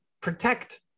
protect